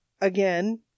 again